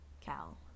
Cal